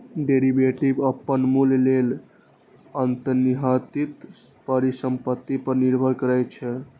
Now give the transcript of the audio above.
derivative अपन मूल्य लेल अंतर्निहित परिसंपत्ति पर निर्भर करै छै